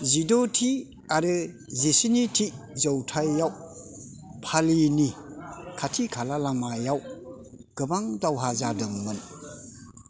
जिद'थि आरो जिस्निथि जौथाइयाव पालीनि खाथिखाला लामायाव गोबां दावहा जादोंमोन